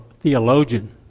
Theologian